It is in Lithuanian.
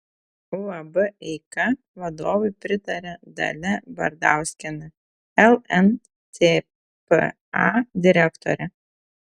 uab eika vadovui pritaria dalia bardauskienė lntpa direktorė